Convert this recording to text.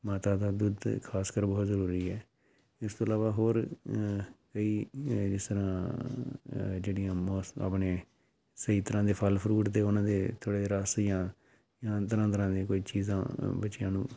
ਮਾਤਾ ਦਾ ਦੁੱਧ ਤਾਂ ਖ਼ਾਸ ਕਰ ਬਹੁਤ ਜ਼ਰੂਰੀ ਹੈ ਇਸ ਤੋਂ ਇਲਾਵਾ ਹੋਰ ਕਈ ਜਿਸ ਤਰ੍ਹਾਂ ਅ ਜਿਹੜੀਆਂ ਮੋਸ ਆਪਣੇ ਸਹੀ ਤਰ੍ਹਾਂ ਦੇ ਫ਼ਲ ਫਰੂਟ ਅਤੇ ਉਹਨਾਂ ਦੇ ਥੋੜ੍ਹੇ ਜਿਹੇ ਰਸ ਜਾਂ ਤਰ੍ਹਾਂ ਤਰ੍ਹਾਂ ਦੀਆਂ ਕੋਈ ਚੀਜ਼ਾਂ ਬੱਚਿਆਂ ਨੂੰ